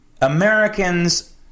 Americans